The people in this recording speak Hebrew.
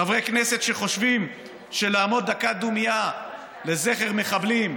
חברי כנסת שחושבים שלעמוד דקת דומייה לזכר מחבלים,